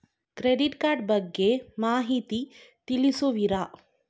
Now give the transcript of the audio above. Credit card ಬಗ್ಗೆ ಮಾಹಿತಿ ತಿಳಿಸುವಿರಾ?